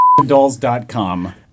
Dolls.com